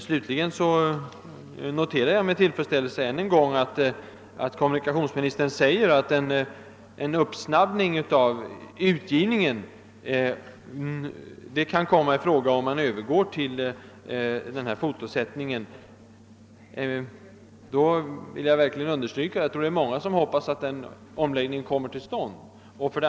Jag noterar slutligen med tillfredsställelse än en gång kommunikationsministerns uttalande att en snabbare utgivning kan komma till stånd om man övergår till fotosättning. Jag vill verkligen understryka att det i så fall är många som hoppas att denna omläggning blir av.